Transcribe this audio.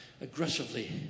aggressively